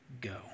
go